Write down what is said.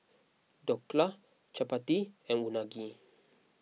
Dhokla Chapati and Unagi